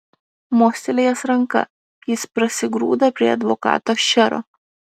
mostelėjęs ranka jis prasigrūda prie advokato šero